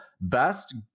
best